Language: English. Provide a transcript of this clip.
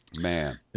Man